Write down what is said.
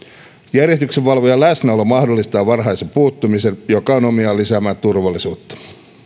järjestyksenvalvojan läsnäolo mahdollistaa varhaisen puuttumisen joka on omiaan lisäämään turvallisuutta